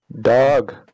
dog